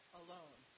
alone